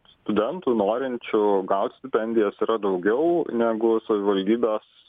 studentų norinčių gaut stipendijas yra daugiau negu savivaldybės